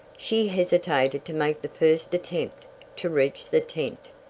she hesitated to make the first attempt to reach the tent.